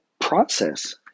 process